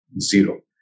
zero